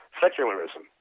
secularism